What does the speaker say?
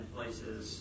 places